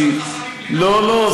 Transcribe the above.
להסיר חסמים, לא, לא.